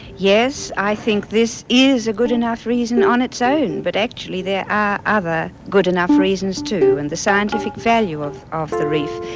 yes, i think this is a good enough reason on its own, but actually there are other good enough reasons too, and the scientific value of of the reef,